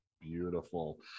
beautiful